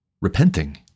repenting